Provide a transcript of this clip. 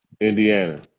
Indiana